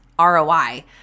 ROI